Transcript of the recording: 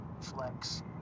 flex